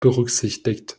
berücksichtigt